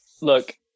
Look